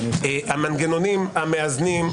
המנגנונים המאזנים,